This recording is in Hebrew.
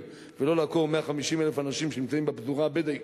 ולא לעקור 150,000 אנשים שנמצאים בפזורה הבדואית,